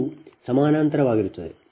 2 ಸಮಾನಾಂತರವಾಗಿರುತ್ತದೆ